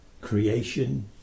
creation